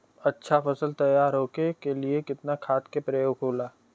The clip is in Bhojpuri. अच्छा फसल तैयार होके के लिए कितना खाद के प्रयोग होला?